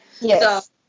yes